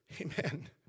amen